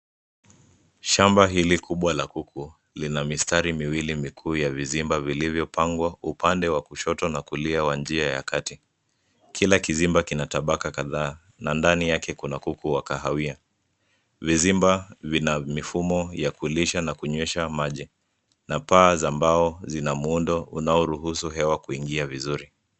Shamba hili kubwa la kuku lina mistari miwili mikuu ya vizimba vilivyopangwa upande wa kushoto na kulia wa njia ya kati. Kila kizimba kina tabaka kadhaa na ndani yake kuna kuku wakahawia. Vizimba vina mifumo ya kulisha na kunywesha maji na paa za mbao zina muundo unaoruhusu hewa kuingia vizuri.